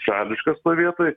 šališkas toj vietoj